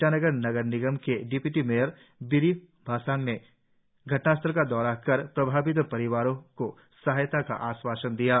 ईटानगर नगर निगम के डिप्यूटी मेयर बिरी बासांग ने घटनास्थल का दौरा कर प्रभावित परिवारों को सहायता का आश्वासन दिया है